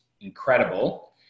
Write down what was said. incredible